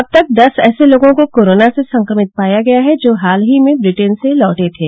अब तक दस ऐसे लोगों को कोरोना से संक्रमित पाया गया है जो हाल ही में ब्रिटेन से लौटे थे